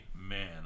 Amen